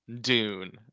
dune